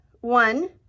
one